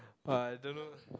but I don't know